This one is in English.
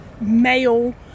male